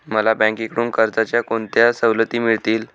मला बँकेकडून कर्जाच्या कोणत्या सवलती मिळतील?